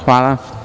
Hvala.